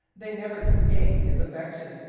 they never can gain his affection,